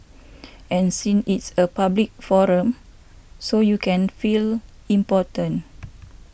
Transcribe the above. and since it's a public forum so you can feel important